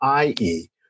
IE